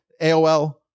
AOL